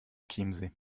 chiemsee